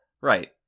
Right